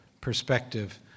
perspective